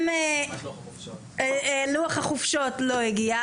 גם לוח החופשות לא הגיעה,